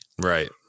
Right